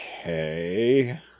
Okay